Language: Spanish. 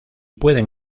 pueden